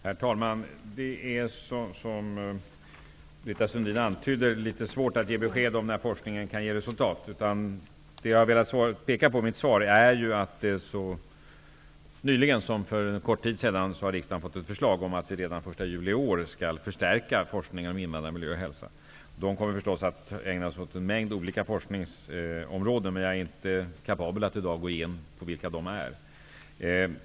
Herr talman! Det är som Britta Sundin antydde litet svårt att ge besked om när forskningen kan ge resultat. Det jag har velat peka på i mitt svar är att riksdagen för en kort tid sedan har fått ett förslag om att forskningen om invandrarmiljö och hälsa skall förstärkas redan den 1 juli i år. Man kommer förstås att ägna sig åt en mängd olika forskningsområden, men jag är i dag inte kapabel att gå in på vilka dessa är.